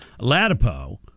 Latipo